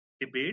debate